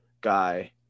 guy